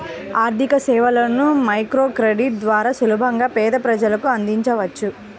ఆర్థికసేవలను మైక్రోక్రెడిట్ ద్వారా సులభంగా పేద ప్రజలకు అందించవచ్చు